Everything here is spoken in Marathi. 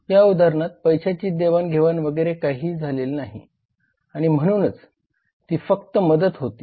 या उदाहरणात पैशाची देवाणघेवाण वगैरे काहीही झालेली नाही आणि म्हणूनच ती फक्त मदत होती